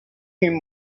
him